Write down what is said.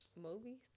Movies